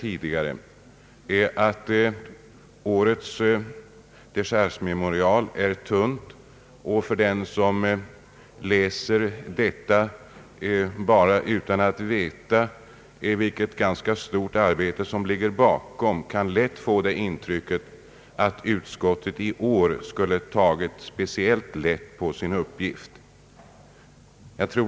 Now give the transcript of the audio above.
Tidigare i dag har sagts att årets dechargememorial är tunt, och det är riktigt. Den som läser memorialet utan att känna till vilket stort arbete som ligger bakom kan lätt få det intrycket att utskottet i år har tagit särskilt lätt på sin uppgift.